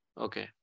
okay